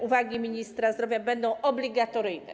Uwagi ministra zdrowia będą obligatoryjne.